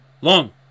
long